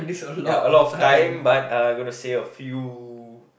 ya a lot of time but uh gonna say a few